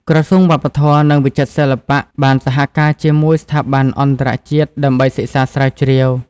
ក្រសួងវប្បធម៌ និងវិចិត្រសិល្បៈ បានសហការជាមួយស្ថាប័នអន្តរជាតិដើម្បីសិក្សាស្រាវជ្រាវ។